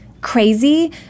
crazy